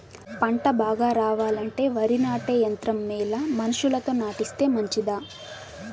పంట బాగా రావాలంటే వరి నాటే యంత్రం మేలా మనుషులతో నాటిస్తే మంచిదా?